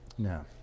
No